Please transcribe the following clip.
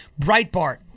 Breitbart